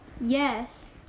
Yes